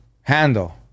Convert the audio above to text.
Handle